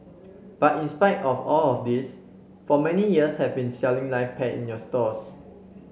but in spite of all of this for many years have been selling live pets in your stores